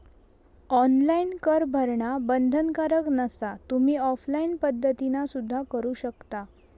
online कर भरणा बंधनकारक नसा, तुम्ही ऑफलाइन पद्धतीना सुद्धा करू शकता